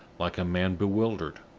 like a man bewildered,